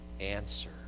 answer